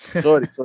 sorry